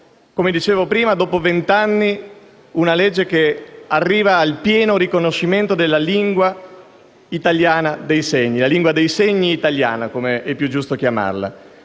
Come dicevo prima, dopo vent'anni una legge arriva al pieno riconoscimento della lingua italiana dei segni, o della lingua dei segni italiana, come è più giusto chiamarla,